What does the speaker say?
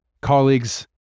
colleagues